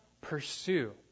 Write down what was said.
pursue